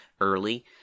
early